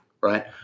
right